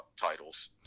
titles